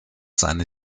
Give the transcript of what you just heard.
seine